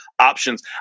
options